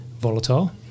volatile